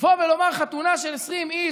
לבוא ולדבר על חתונה של 20 איש,